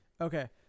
Okay